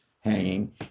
hanging